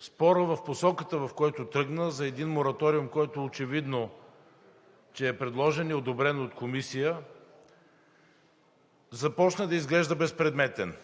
Спорът в посоката, в която тръгна – за един мораториум, който очевидно е предложен и одобрен от Комисия, започна да изглежда безпредметен.